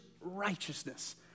righteousness